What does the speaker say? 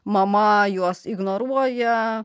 mama juos ignoruoja